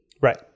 Right